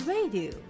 Radio